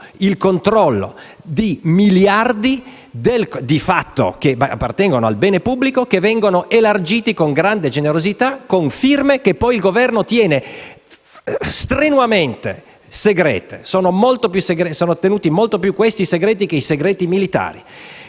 il controllo di miliardi, che di fatto appartengono al bene pubblico, che vengono elargiti con grande generosità, con firme che poi il Governo tiene strenuamente segrete (sono custoditi molto più gelosamente questi segreti rispetto